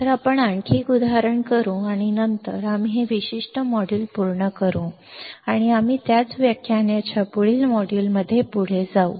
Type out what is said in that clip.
तर आपण आणखी एक उदाहरण करू आणि नंतर आम्ही हे विशिष्ट मॉड्यूल पूर्ण करू आणि आम्ही त्याच व्याख्यानाच्या पुढील मॉड्यूलमध्ये पुढे जाऊ